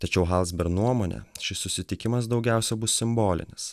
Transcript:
tačiau halzber nuomone šis susitikimas daugiausia bus simbolinis